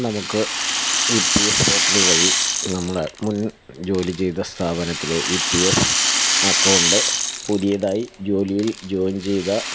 നമുക്ക് E P F portal വഴി നമ്മൾ മുൻ ജോലി ചെയ്ത സ്ഥാപനത്തിലെ ഇ പി എഫ് അക്കൗണ്ട് പുതിയതായി ജോലിയിൽ ജോയിൻ ചെയ്ത